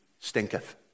stinketh